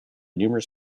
numerous